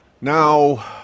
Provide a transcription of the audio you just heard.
Now